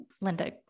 Linda